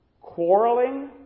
quarreling